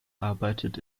arbeitet